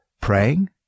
praying